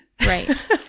Right